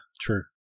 true